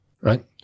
Right